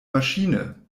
maschine